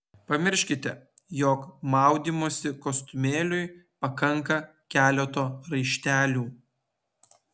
pamirškite jog maudymosi kostiumėliui pakanka keleto raištelių